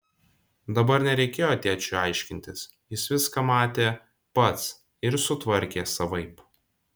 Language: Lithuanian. dabar nereikėjo tėčiui aiškintis jis viską matė pats ir sutvarkė savaip